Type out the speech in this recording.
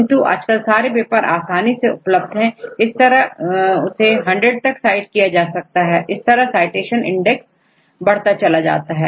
किंतु आजकल सारे पेपर आसानी से उपलब्ध है इस तरह उसे हंड्रेड तक साइड किया जाता है इस तरह साइटेशन इंडेक्स बढ़ता है